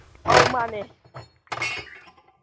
ꯑꯧ ꯃꯥꯅꯦ